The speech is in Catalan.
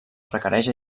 requereix